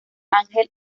ángel